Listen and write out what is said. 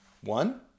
One